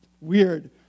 Weird